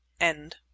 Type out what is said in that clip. End